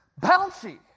bouncy